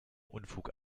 unfug